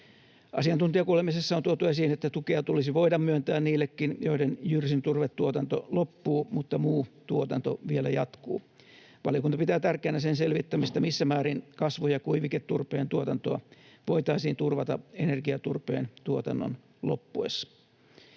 Asiantuntijakuulemisissa on tuotu esiin, että tukea tulisi voida myöntää niillekin, joiden jyrsinturvetuotanto loppuu mutta muu tuotanto vielä jatkuu. Valiokunta pitää tärkeänä sen selvittämistä, missä määrin kasvu- ja kuiviketurpeen tuotantoa voitaisiin turvata energiaturpeen tuotannon loppuessa.